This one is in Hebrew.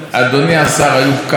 אדוני השר איוב קרא,